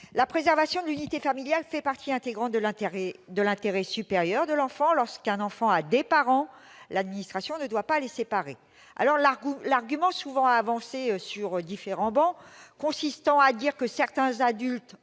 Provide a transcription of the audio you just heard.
La préservation de l'unité familiale fait partie intégrante de l'intérêt supérieur de l'enfant. Lorsqu'un enfant est avec ses parents, l'administration ne doit pas les séparer. L'argument, souvent avancé sur différentes travées, consistant à dire que certains adultes,